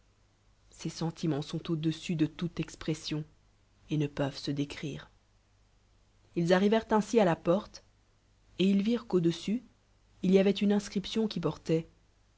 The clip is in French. ces sentiments sont au-dessus de toute expression et ne peuvent se décrire ils arrivèrent ainsi ua porte et ils virent t qliau dessus il y avoit pne inscription qui portoit